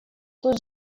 тут